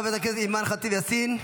חברת הכנסת אימאן ח'טיב יאסין,